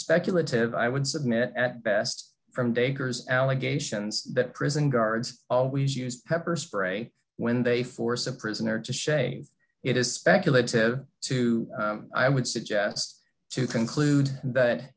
speculative i would submit at best from dacres allegations that prison guards always use pepper spray when they force a prisoner to shave it is speculative to i would suggest to conclude that